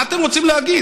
מה אתם רוצים להגיד?